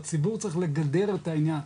הציבור צריך לגדר את העניין,